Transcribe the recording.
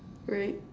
right